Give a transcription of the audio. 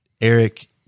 Eric